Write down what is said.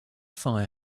fire